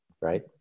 Right